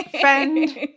friend